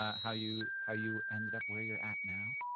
how you how you ended up where you're at now?